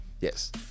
Yes